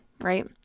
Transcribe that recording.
Right